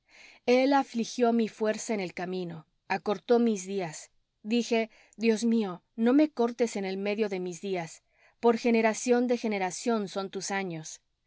el afligió mi fuerza en el camino acortó mis días dije dios mío no me cortes en el medio de mis días por generación de generaciones son tus años